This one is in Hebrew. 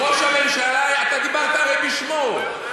הרי אתה דיברת בשמו.